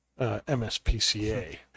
mspca